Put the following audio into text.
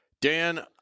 Dan